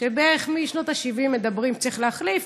בערך משנות ה-70 מדברים שצריך להחליף,